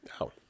No